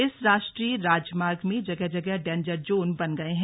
इस राष्ट्रीय राजमार्ग में जगह जगह डेंजर जोन बन गए हैं